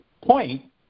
point